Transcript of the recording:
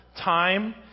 Time